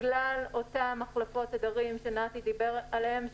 בגלל אותן החלפות תדרים שנתי דיבר עליהן.